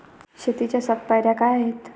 शेतीच्या सात पायऱ्या काय आहेत?